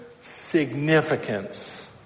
significance